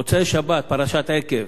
במוצאי-שבת פרשת עקב,